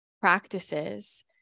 practices